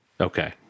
Okay